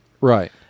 right